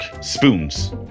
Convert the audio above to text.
spoons